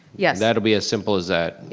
yes. that'll be as simple as that.